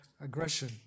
aggression